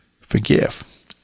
forgive